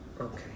Okay